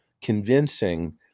convincing